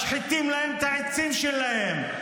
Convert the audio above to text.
משחיתים להם את העצים שלהם.